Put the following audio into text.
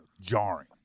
jarring